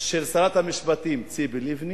של שרת המשפטים ציפי לבני